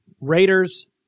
Raiders